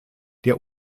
der